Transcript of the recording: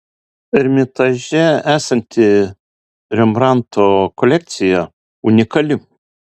ermitaže esanti rembrandto kolekcija unikali